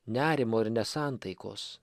nerimo ir nesantaikos